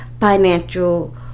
financial